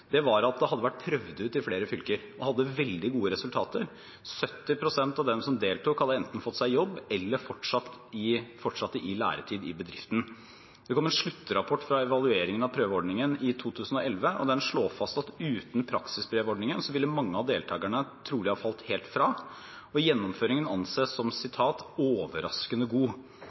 var at det hadde vært prøvd ut i flere fylker og hadde veldig gode resultater. 70 pst. av dem som deltok, hadde enten fått seg jobb eller fortsatte i læretid i bedriften. Det kom en sluttrapport fra evalueringen av prøveordningen i 2011, og den slår fast at uten praksisbrevordningen ville mange av deltakerne trolig falt helt fra, og gjennomføringen anses som «overraskende god».